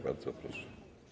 Bardzo proszę.